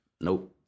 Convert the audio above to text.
Nope